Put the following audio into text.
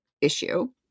issue